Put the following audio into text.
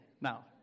Now